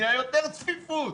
נהיה יותר צפיפות.